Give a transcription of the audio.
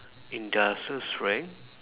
industrial strength